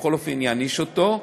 ובכל אופן יעניש אותו.